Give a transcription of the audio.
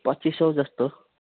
पच्चिस सौ जस्तो